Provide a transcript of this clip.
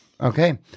Okay